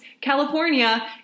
California